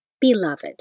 Beloved